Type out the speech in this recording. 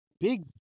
big